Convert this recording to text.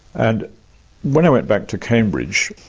and when i went back to cambridge,